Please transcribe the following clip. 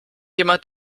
jemand